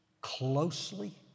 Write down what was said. closely